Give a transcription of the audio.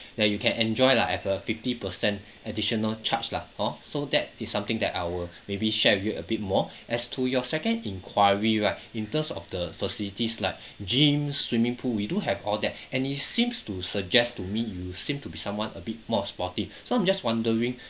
that you can enjoy lah at a fifty percent additional charge lah hor so that is something that I will maybe share with you a bit more as to your second enquiry right in terms of the facilities like gym swimming pool we do have all that and it's seems to suggest to me you seem to be someone a bit more of sporty so I'm just wondering